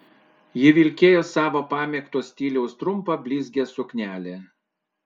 ji vilkėjo savo pamėgto stiliaus trumpą blizgią suknelę